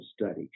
study